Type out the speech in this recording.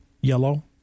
yellow